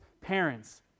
Parents